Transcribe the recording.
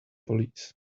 police